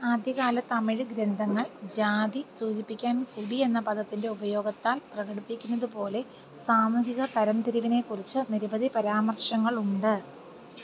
ആദ്യകാല തമിഴ് ഗ്രന്ഥങ്ങൾ ജാതി സൂചിപ്പിക്കാൻ കുടി എന്ന പദത്തിന്റെ ഉപയോഗത്താല് പ്രകടിപ്പിക്കുന്നതുപോലെ സാമൂഹിക തരംതിരിവിനെക്കുറിച്ച് നിരവധി പരാമർശങ്ങളുണ്ട്